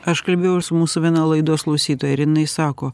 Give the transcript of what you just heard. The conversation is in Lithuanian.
aš kalbėjau ir su mūsų viena laidos klausytoja ir jinai sako